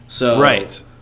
Right